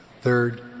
Third